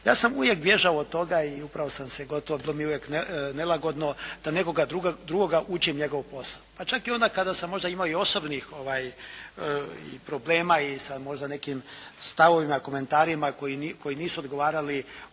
Ja sam uvijek bježao od toga i upravo sam se gotovo, to mi je uvijek nelagodno da nekoga drugoga učim njegov posao, pa čak i onda kada sam možda imao i osobnih problema i sa možda nekim stavovima, komentarima koji nisu odgovarali